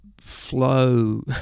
flow